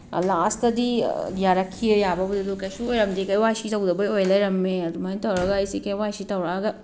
ꯂꯥꯁꯇꯗꯤ ꯌꯥꯔꯛꯈꯤꯑꯦ ꯌꯥꯕꯕꯨꯗꯤ ꯀꯩꯁꯨ ꯑꯣꯏꯔꯝꯗꯦ ꯀꯦ ꯋꯥꯏ ꯁꯤ ꯇꯧꯗꯕꯒꯤ ꯑꯣꯏ ꯂꯩꯔꯝꯃꯦ ꯑꯗꯨꯃꯥꯏꯅ ꯇꯧꯔꯒ ꯑꯩꯁꯦ ꯀꯦ ꯋꯥꯏ ꯁꯤ ꯇꯧꯔꯛꯑꯒ